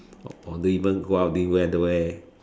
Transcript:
or even go out didn't wear underwear